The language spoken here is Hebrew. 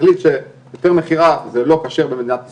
תחליט שהיתר מכירה זה לא כשר במדינת ישראל,